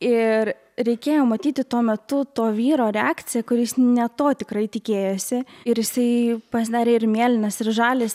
ir reikėjo matyti tuo metu to vyro reakciją kuris ne to tikrai tikėjosi ir jisai pasidarė ir mėlynas ir žalias